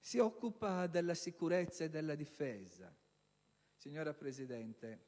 si occupa della sicurezza e della difesa. Signora Presidente,